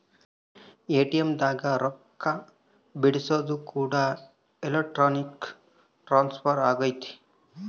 ATM ದಾಗ ರೊಕ್ಕ ಬಿಡ್ಸೊದು ಕೂಡ ಎಲೆಕ್ಟ್ರಾನಿಕ್ ಟ್ರಾನ್ಸ್ಫರ್ ಅಗೈತೆ